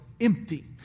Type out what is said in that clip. empty